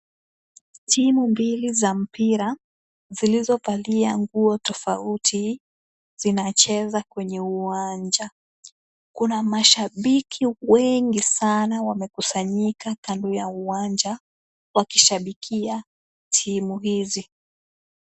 Timu mbili za mpira zilizovalia nguo tofauti zinacheza kwenye uwanja. Kuna mashabiki wengi sana wamekusanyika kando ya uwanja wakishabikia timu hizi.